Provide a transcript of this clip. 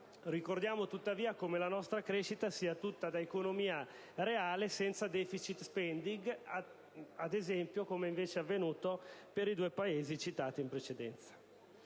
Ricordiamo tuttavia come la nostra crescita sia tutta da economia reale, senza *deficit spending*, al contrario di quanto ad esempio è avvenuto nei due Paesi citati in precedenza.